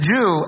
Jew